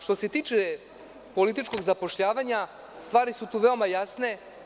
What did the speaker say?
Što se tiče političkog zapošljavanja stvari su tu veoma jasne.